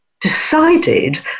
decided